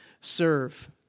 serve